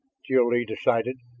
jil-lee decided.